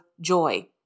joy